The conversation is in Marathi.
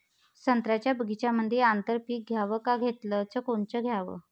संत्र्याच्या बगीच्यामंदी आंतर पीक घ्याव का घेतलं च कोनचं घ्याव?